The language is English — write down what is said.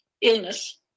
illness